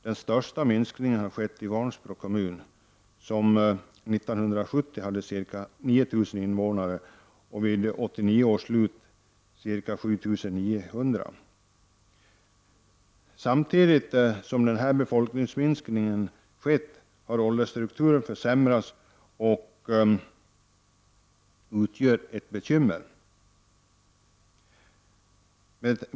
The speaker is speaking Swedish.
Den största minskningen har skett i Vansbro kommun, som 1970 hade ca 9 000 invånare och vid 1989 års slut ca 7 900. Samtidigt som den här befolkningsminskningen skett har åldersstrukturen försämrats, och det utgör ett bekymmer.